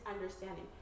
understanding